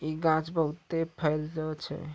इ गाछ बहुते फैलै छै